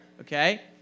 okay